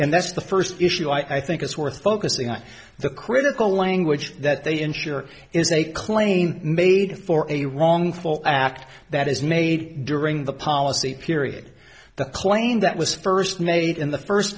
end that's the first issue i think it's worth focusing on the critical language that they ensure is they clain made for a wrongful act that is made during the policy period the claim that was first made in the first